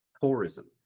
tourism